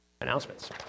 announcements